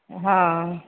हँ